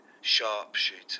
sharpshooter